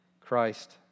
Christ